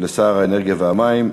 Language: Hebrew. לשר האנרגיה והמים.